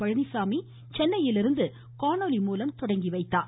பழனிச்சாமி சென்னையிலிருந்து காணொலி மூலம் தொடங்கி வைத்தார்